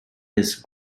his